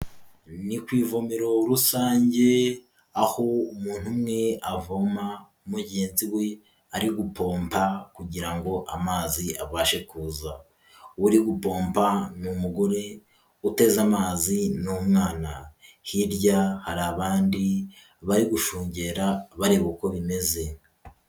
Ni ku ivomero rusange, aho umuntu umwe avoma mugenzi we ari guhomba kugira ngo amazi abashe kuza. Uri gubomba n'umugore uteze amazi n'umwana hirya hari abandi bari gushungera bareba uko bimeze